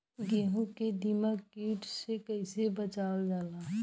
गेहूँ को दिमक किट से कइसे बचावल जाला?